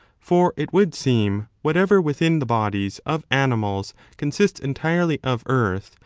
for, it would seem, whatever within the bodies of animals consists entirely of earth,